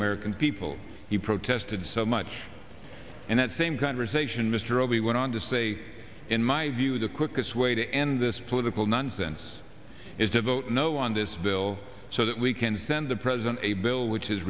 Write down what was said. american people he protested so much and that same conversation mr robey went on to say in my view the quickest way to end this political nonsense is to vote no on this bill so that we can send the president a bill which is